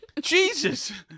Jesus